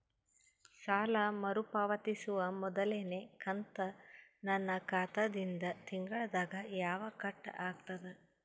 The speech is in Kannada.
ಸಾಲಾ ಮರು ಪಾವತಿಸುವ ಮೊದಲನೇ ಕಂತ ನನ್ನ ಖಾತಾ ದಿಂದ ತಿಂಗಳದಾಗ ಯವಾಗ ಕಟ್ ಆಗತದ?